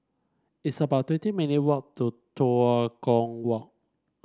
it's about twenty minute walk to Tua Kong Walk